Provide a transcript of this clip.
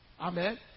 Amen